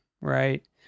right